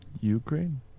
Ukraine